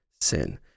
sin